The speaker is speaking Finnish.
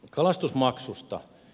kalastusmaksusta